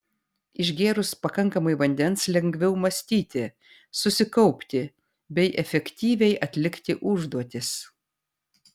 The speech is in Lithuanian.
išgėrus pakankamai vandens lengviau mąstyti susikaupti bei efektyviai atlikti užduotis